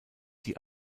die